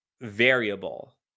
variable